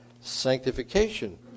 sanctification